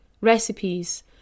recipes